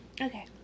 Okay